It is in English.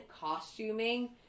costuming